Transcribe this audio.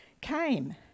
came